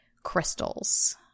crystals